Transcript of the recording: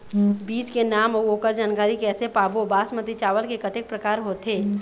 बीज के नाम अऊ ओकर जानकारी कैसे पाबो बासमती चावल के कतेक प्रकार होथे?